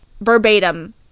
verbatim